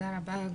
תודה רבה,